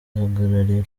ihagarariye